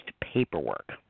paperwork